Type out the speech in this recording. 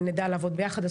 לעבוד ביחד.